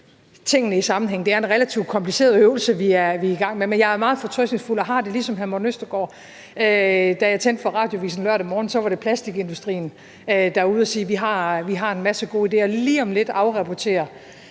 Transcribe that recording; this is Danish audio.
tingene i sammenhæng. Det er en relativt kompliceret øvelse, vi er i gang med, men jeg er meget fortrøstningsfuld og har det ligesom hr. Morten Østergaard. Da jeg tændte for radioavisen lørdag morgen, var det plastikindustrien, der var ude at sige: Vi har en masse gode ideer. Og lige om lidt afrapporterer